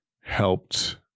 helped